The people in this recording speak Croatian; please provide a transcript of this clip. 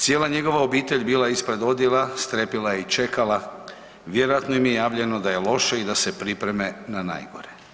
Cijela njegova obitelj bila je ispred odjela, strepila je i čekala, vjerojatno im je javljeno da je loše i da se pripreme na najgore.